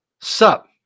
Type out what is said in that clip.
Sup